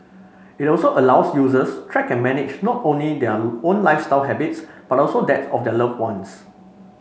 it also allows users track and manage not only their own lifestyle habits but also that of their loved ones